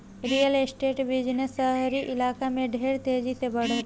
real estate business शहरी इलाका में ढेर तेजी से बढ़ता